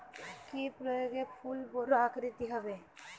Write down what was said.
কি প্রয়োগে ফুল বড় আকৃতি হবে?